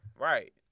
Right